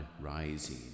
rising